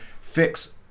fix